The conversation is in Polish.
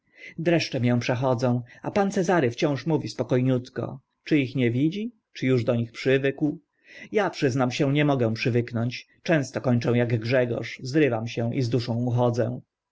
dreszcze mię przechodzą a pan cezary wciąż mówi spoko niutko czy ich nie widzi czy uż do nich przywykł ja przyznam się nie mogę przywyknąć często kończę ak grzegorz zrywam się i z duszą